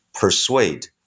persuade